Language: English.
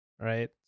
right